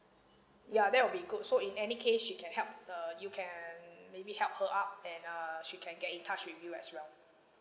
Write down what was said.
ya that will be good so in any case she can help uh you can maybe help her out and uh she can get in touch with you as well